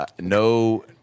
no